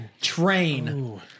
Train